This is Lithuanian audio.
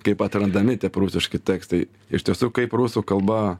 kaip atrandami tie prūsiški tekstai iš tiesų kaip prūsų kalba